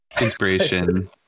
Inspiration